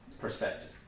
perspective